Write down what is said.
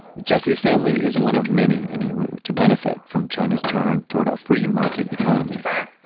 jesse's family is one of many in yiwu to benefit from china's turn toward a free market economy yeah,